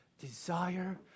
desire